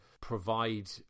provide